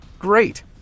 Great